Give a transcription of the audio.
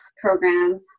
program